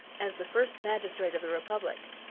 as the first magistrate of the republic.